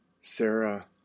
Sarah